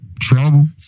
Trouble